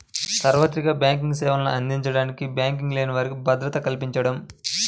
సార్వత్రిక బ్యాంకింగ్ సేవలను అందించడానికి బ్యాంకింగ్ లేని వారికి భద్రత కల్పించడం